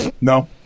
no